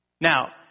Now